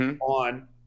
on